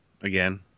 again